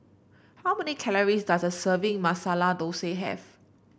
how many calories does a serving Masala Dosa have